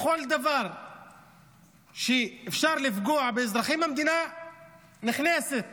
בכל דבר שאפשר לפגוע באזרחים במדינה היא נכנסת